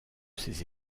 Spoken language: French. ses